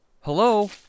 Hello